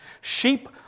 Sheep